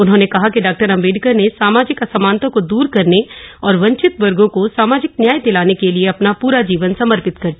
उन्होंने कहा कि डॉ अम्बेडकर ने सामाजिक असमानता को दूर करने और वंचित वर्गों को सामाजिक न्याय दिलाने के लिए अपना पूरा जीवन समर्पित कर दिया